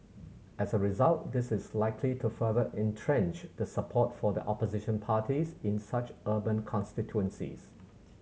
as a result this is likely to further entrench the support for the opposition parties in such urban constituencies